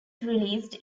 released